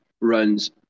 runs